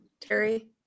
Terry